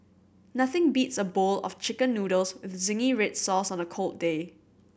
nothing beats a bowl of Chicken Noodles with zingy red sauce on a cold day